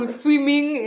swimming